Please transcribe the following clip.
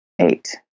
eight